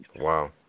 Wow